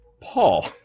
Paul